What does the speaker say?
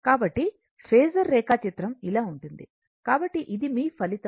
కాబట్టి ఫేసర్ రేఖాచిత్రం ఇలా ఉంటుంది కాబట్టి ఇది మీ ఫలితం